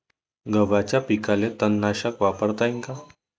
गव्हाच्या पिकाले तननाशक वापरता येईन का?